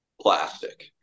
plastic